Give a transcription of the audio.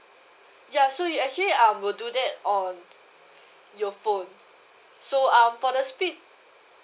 ya so it actually uh will do that on your phone so um for the speed